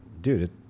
dude